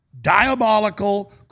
Diabolical